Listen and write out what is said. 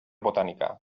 botànica